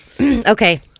Okay